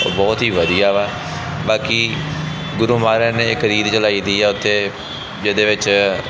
ਉਹ ਬਹੁਤ ਹੀ ਵਧੀਆ ਵਾ ਬਾਕੀ ਗੁਰੂ ਮਹਾਰਾਜ ਨੇ ਇੱਕ ਰੀਤ ਚਲਾਈ ਦੀ ਆ ਓਥੇ ਜਿਹਦੇ ਵਿੱਚ